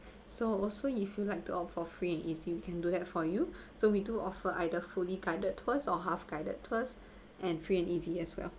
so so if you like to opt for free and easy we can do that for you so we do offer either fully guided tours or half guided tours and free and easy as well